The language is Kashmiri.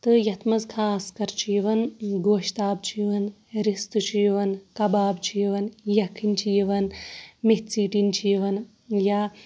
تہٕ یَتھ منٛز خاص کَر چھِ یِوان گۄشتاب چھِ یِوان رِستہٕ چھِ یِوان کَباب چھِ یِوان یَکھٕنۍ چھِ یِوان میٚجہِ ژیٚٹِنۍ چھِ یِوان یا